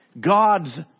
God's